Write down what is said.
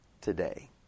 today